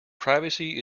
privacy